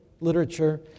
literature